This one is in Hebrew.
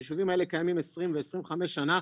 הישובים האלה קיימים 20 ו-25 שנים,